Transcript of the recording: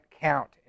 count